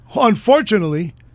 unfortunately